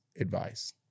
Advice